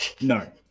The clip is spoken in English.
no